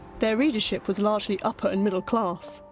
their readership was largely upper and middle class,